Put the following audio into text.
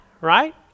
right